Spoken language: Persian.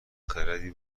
خردی